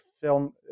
film